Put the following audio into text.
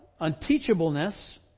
unteachableness